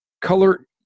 Color